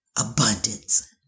abundance